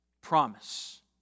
promise